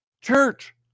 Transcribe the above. Church